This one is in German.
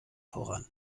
voran